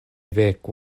veku